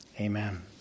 Amen